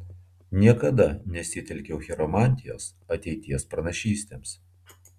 niekada nesitelkiau chiromantijos ateities pranašystėms